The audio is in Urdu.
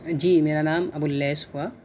جی میرا نام ابواللیث ہوا